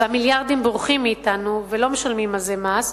והמיליארדים בורחים מאתנו ולא משלמים על זה מס,